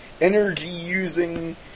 energy-using